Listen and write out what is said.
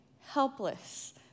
helpless